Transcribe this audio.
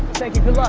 thank you. but